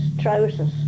trousers